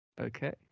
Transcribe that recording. Okay